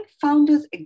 founders